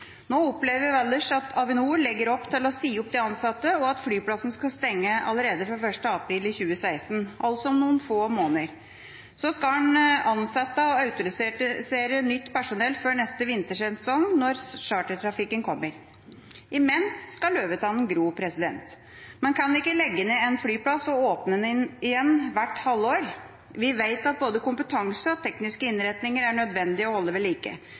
Nå opplever Valdres at Avinor legger opp til å si opp de ansatte, og at flyplassen skal stenge allerede fra l. april 2016 – altså om få måneder. Man skal så ansette og autorisere nytt personell før neste vintersesong når chartertrafikken kommer. Imens skal «løvetannen gro». Man kan ikke legge ned en flyplass og åpne den igjen hvert halvår. Vi vet at både kompetanse og tekniske innretninger er det nødvendig å holde vedlike.